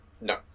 No